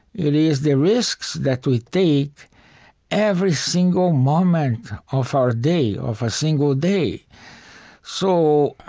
it is the risks that we take every single moment of our day, of a single day so,